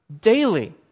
daily